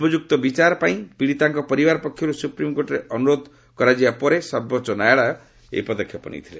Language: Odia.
ଉପଯୁକ୍ତ ବିଚାର ପାଇଁ ପିଡ଼ିତାଙ୍କ ପରିବାର ପକ୍ଷରୁ ସୁପ୍ରିମ୍କୋର୍ଟରେ ଅନୁରୋଧ କରାଯିବା ପରେ ସର୍ବୋଚ୍ଚ ନ୍ୟାୟାଳୟ ଏହି ପଦକ୍ଷେପ ନେଇଥିଲେ